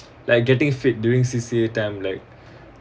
like getting fit during C_C_A time like